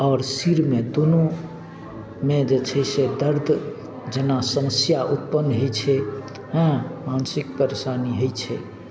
आओर सिरमे दूनूमे जे छै से दर्द जेना समस्या उत्पन्न होइ छै हँ मानसिक परेशानी होइ छै